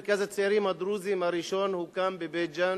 מרכז הצעירים הדרוזים הראשון הוקם בבית-ג'ן,